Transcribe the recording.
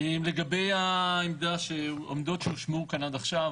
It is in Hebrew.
לגבי העמדות שהושמעו כאן עד עכשיו,